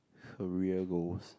career goals